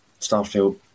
Starfield